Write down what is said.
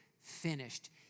finished